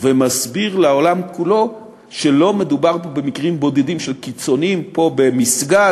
ומסביר לעולם כולו שלא מדובר פה במקרים בודדים של קיצוניים פה במסגד,